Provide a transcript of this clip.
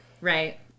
Right